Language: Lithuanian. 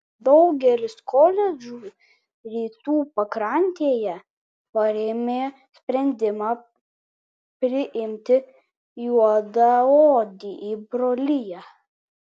daugelis koledžų rytų pakrantėje parėmė sprendimą priimti juodaodį į broliją